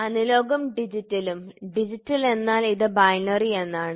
അനലോഗും ഡിജിറ്റലും ഡിജിറ്റൽ എന്നാൽ ഇത് ബൈനറി എന്നാണ്